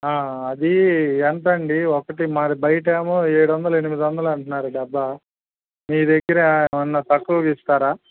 అదీ ఎంతండి ఒకటి మరి బయటేమో ఏడు వందలు ఎనిమిది వందలు అంటున్నారు డబ్బా మీ దగ్గర ఏమైనా తక్కువ ఇస్తారా